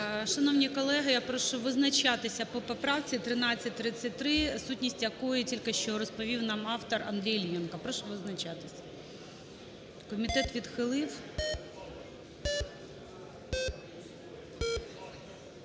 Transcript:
Шановні колеги, я прошу визначатися по поправці 1333, сутність якої тільки що розповів нам автор Андрій Іллєнко. Прошу визначатися. Комітет відхилив.